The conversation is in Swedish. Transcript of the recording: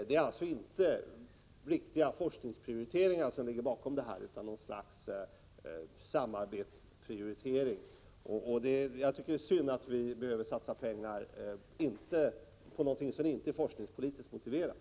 Det är alltså inte riktiga forskningsprioriteringar som ligger bakom, utan något slags samarbetsprioriteringar. Jag tycker det är synd att vi skall behöva satsa pengar på någonting som inte är forskningspolitiskt motiverat.